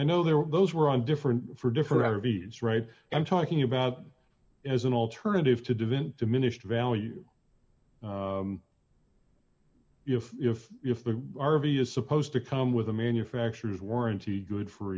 i know there were those where i'm different for different r v s right i'm talking about as an alternative to divin diminished value if if if the r v is supposed to come with a manufacturer's warranty good for